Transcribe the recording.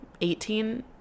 18